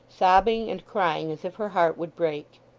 sobbing and crying as if her heart would break.